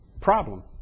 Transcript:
problem